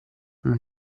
non